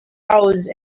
awed